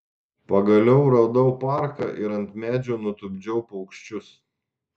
pagaliau radau parką ir ant medžio nutupdžiau paukščius